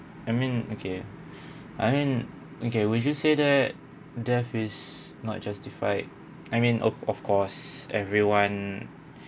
I mean okay and okay we just say that death is not justified I mean of of course everyone